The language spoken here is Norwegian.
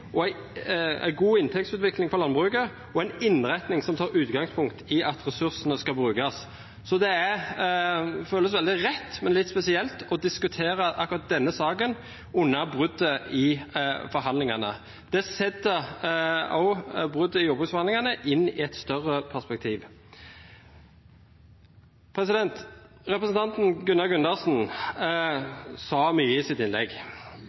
for landbruket og en innretning som tar utgangspunkt i at ressursene skal brukes. Så det føles veldig rett, men litt spesielt, å diskutere akkurat denne saken under bruddet i forhandlingene. Det setter også bruddet i jordbruksforhandlingene i et større perspektiv. Representanten Gunnar Gundersen sa mye i sitt innlegg.